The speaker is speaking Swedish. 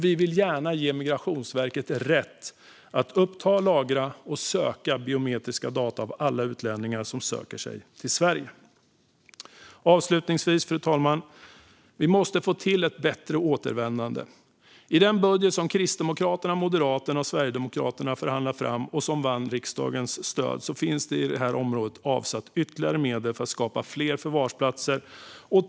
Vi vill gärna ge Migrationsverket rätt att uppta, lagra och söka biometriska data för alla utlänningar som söker sig till Sverige. Avslutningsvis, fru talman, måste vi få till stånd ett bättre återvändande. I den budget som Kristdemokraterna, Moderaterna och Sverigedemokraterna har förhandlat fram och som vann riksdagens stöd finns det på det här området ytterligare medel avsatta för att skapa fler förvarsplatser.